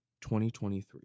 2023